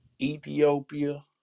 Ethiopia